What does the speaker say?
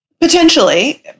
Potentially